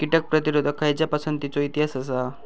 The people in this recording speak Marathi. कीटक प्रतिरोधक खयच्या पसंतीचो इतिहास आसा?